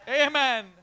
amen